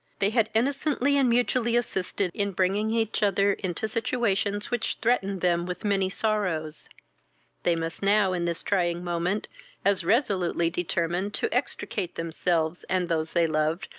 they had innocently and mutually assisted in bringing each other into situations which threatened them with many sorrows they must now in this trying moment as resolutely determine to extricate themselves, and those they loved,